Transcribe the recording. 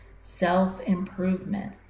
Self-improvement